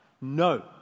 No